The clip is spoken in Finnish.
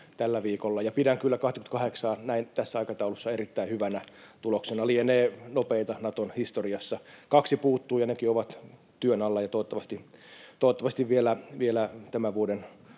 tällä viikolla. Pidän kyllä 28:aa tässä aikataulussa erittäin hyvänä tuloksena, lienee nopeinta Naton historiassa. Kaksi puuttuu, ja nekin ovat työn alla, ja toivottavasti vielä tämän vuoden,